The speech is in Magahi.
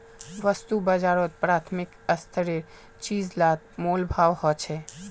वास्तु बाजारोत प्राथमिक स्तरेर चीज़ लात मोल भाव होछे